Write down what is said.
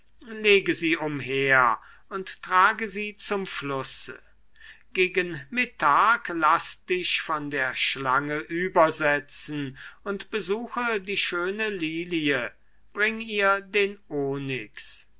lege sie umher und trage sie zum flusse gegen mittag laß dich von der schlange übersetzen und besuche die schöne lilie bring ihr den onyx